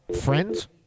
friends